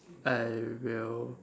I will